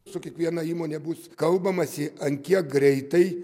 su kiekviena įmone bus kalbamasi ant kiek greitai